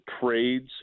trades